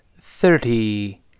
thirty